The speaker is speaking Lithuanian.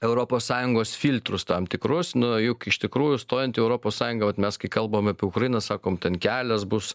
europos sąjungos filtrus tam tikros nu juk iš tikrųjų stojant į europos sąjungą vat mes kai kalbame apie ukrainos sakom ten kelias bus